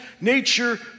nature